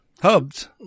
Hubs